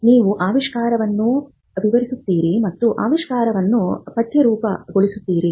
ನೀವು ಆವಿಷ್ಕಾರವನ್ನು ವಿವರಿಸುತ್ತೀರಿ ಮತ್ತು ಆವಿಷ್ಕಾರವನ್ನು ಪಠ್ಯರೂಪಗೊಳಿಸುತ್ತೀರಿ